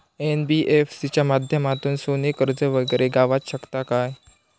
NBFC च्या माध्यमातून सोने कर्ज वगैरे गावात शकता काय?